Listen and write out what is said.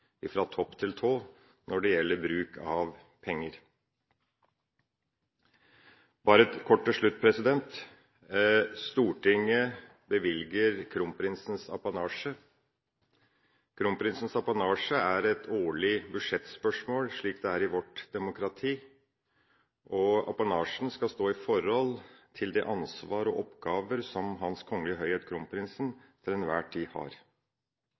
fra topp til tå – når det gjelder bruk av penger. Kort til slutt: Stortinget bevilger Kronprinsens apanasje. Kronprinsens apanasje er et årlig budsjettspørsmål, slik det er i vårt demokrati. Apanasjen skal stå i forhold til det ansvar og oppgaver Hans Kongelige Høyhet Kronprinsen til enhver tid har.